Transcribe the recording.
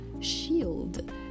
shield